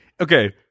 Okay